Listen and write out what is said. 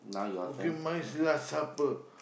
okay my last supper